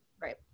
Right